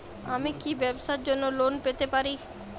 আমি কি ব্যবসার জন্য লোন পেতে পারি?